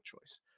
choice